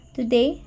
Today